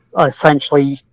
essentially